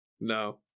No